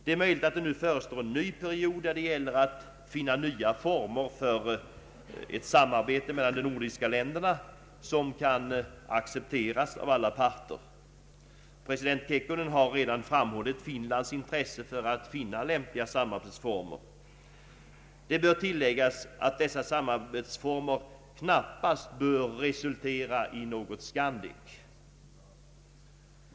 Det är möjligt att det nu förestår en ny period, där det gäller att finna nya former för ett samarbete mellan de nordiska länderna som kan accepteras av alla parter. President Kekkonen har redan framhållit Finlands intresse för att finna lämpliga samarbetsformer. Det kan tilläggas att dessa samarbetsformer knappast bör resultera i något Skandek.